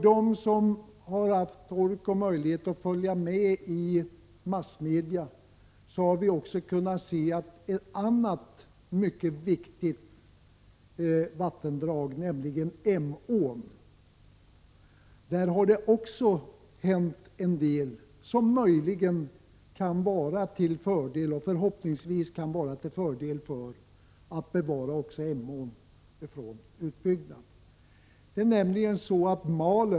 De som har haft möjlighet och ork att följa med i massmedia har kunnat se att också när det gäller ett annat mycket viktigt vattendrag, Emån, har det hänt en del som möjligen kan vara till fördel och förhoppningsvis leda till att även Emån bevaras ifrån utbyggnad.